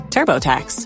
TurboTax